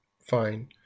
fine